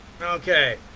okay